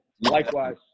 Likewise